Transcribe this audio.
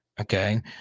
Okay